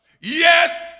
Yes